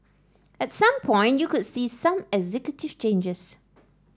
at some point you could see some executive changes